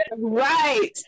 Right